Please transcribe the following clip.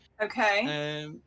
Okay